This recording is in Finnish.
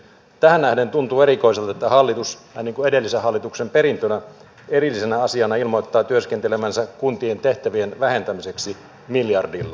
tähän nähden tuntuu erikoiselta että hallitus vähän niin kuin edellisen hallituksen perintönä erillisenä asiana ilmoittaa työskentelevänsä kuntien tehtävien vähentämiseksi miljardilla